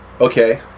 okay